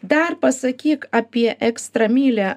dar pasakyk apie ekstra mylią